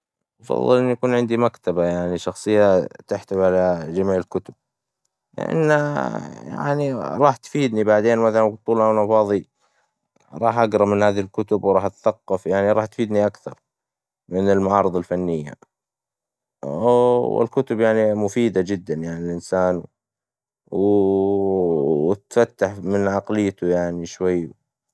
أفظل ان يكن عندي مكتبة يعني شخصية تحتوي على جميع الكتتب، لأ يعني راح تفيدني بعدين، مثلاً طول ما أنا فاظي، راح اقرا من هذي الكتب وراح اتثقف، يعني راح تفيدني أكثر من المعارظ الفنية، والكتب يعني مفيدة جداً يعني للإنسان، و تفتح من عقليته يعني شوي.